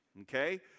okay